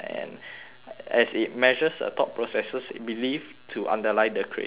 as it measures the thought processes it believe to underline the creative acts